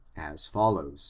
as follows